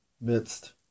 midst